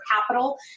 capital